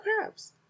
crabs